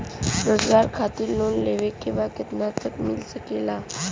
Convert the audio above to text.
रोजगार खातिर लोन लेवेके बा कितना तक मिल सकेला?